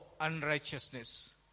unrighteousness